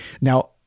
Now